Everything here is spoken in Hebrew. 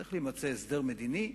צריך להימצא הסדר מדיני,